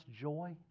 joy